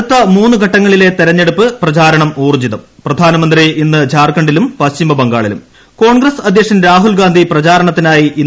അടുത്ത മൂന്ന് ഘട്ടങ്ങളിലെ തെരഞ്ഞെടുപ്പ് പ്രചാരണം ഊർജ്ജിതം പ്രധാനമന്ത്രി ഇന്ന് ഝാർഖണ്ഡിലും പശ്ചിമബംഗാളിലും കോൺഗ്രസ് അധ്യക്ഷൻ രാഹുൽഗാന്ധി പ്രചാരണത്തിനായി ഇന്ന് രാജസ്ഥാനിൽ